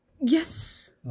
Yes